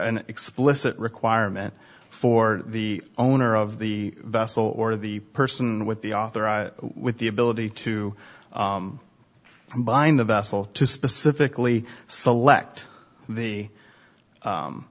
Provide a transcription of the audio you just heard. an explicit requirement for the owner of the vessel or the person with the authorized with the ability to bind the vessel to specifically select the